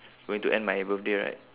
going to end my birthday right